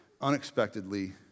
unexpectedly